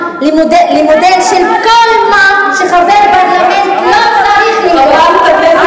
למודל של כל מה שחבר פרלמנט לא צריך להיות.